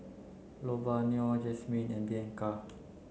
Lavonia Jazmine and Bianca